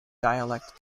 dialect